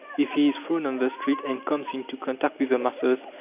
if he is thrown on the street and comes into contact with the masses,